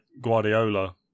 guardiola